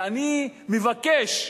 ואני מבקש,